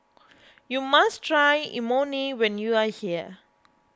you must try Imoni when you are here